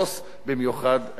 במיוחד ערב בחירות.